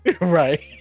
Right